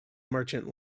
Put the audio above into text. merchant